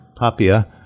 Papia